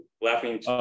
laughing